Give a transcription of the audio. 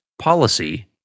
policy